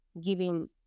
giving